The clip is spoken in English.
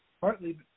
partly